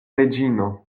reĝino